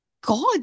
god